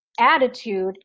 attitude